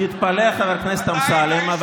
תתפלא, חבר הכנסת אמסלם.